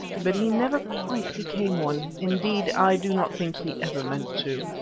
but he never quite became one indeed, i do not think he ever meant to.